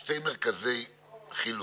וגם אפעל מבחינתי במה שאני יודע.